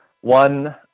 one